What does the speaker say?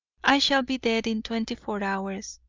i shall be dead in twenty-four hours.